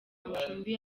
amacumbi